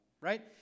right